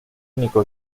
único